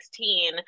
2016